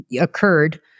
occurred